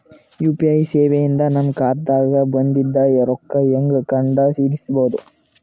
UPI ಸೇವೆ ಇಂದ ನನ್ನ ಖಾತಾಗ ಬಂದಿದ್ದ ರೊಕ್ಕ ಹೆಂಗ್ ಕಂಡ ಹಿಡಿಸಬಹುದು?